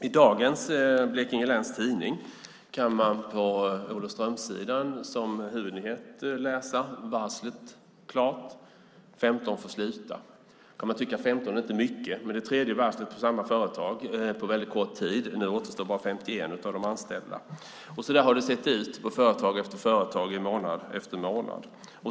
I dagens Blekinge Läns Tidning kan man på Olofströmssidan som huvudnyhet läsa "Varslet klart - 15 får sluta". Nu kan man tycka att 15 inte är mycket, men det är det tredje varslet på samma företag på kort tid. Nu återstår bara 51 av de anställda. Så har det sett ut på företag efter företag månad efter månad.